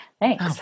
Thanks